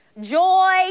Joy